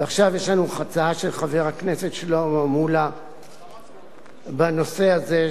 ועכשיו יש לנו הצעה של חבר הכנסת שלמה מולה בנושא הזה,